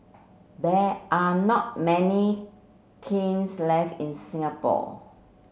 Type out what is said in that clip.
there are not many kilns left in Singapore